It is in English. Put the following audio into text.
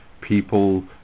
People